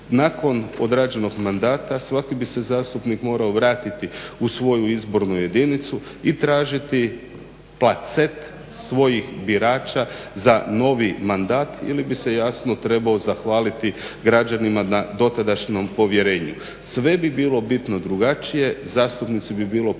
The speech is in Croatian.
Nakon odrađenog mandata svaki bi se zastupnik morao vratiti u svoju izbornu jedinicu i tražiti placet svojih birača za novi mandat ili bi se jasno trebao zahvaliti građanima na dotadašnjem povjerenju. Sve bi bilo bitno drugačije, zastupnici bi bili puno